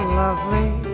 lovely